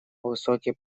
высокие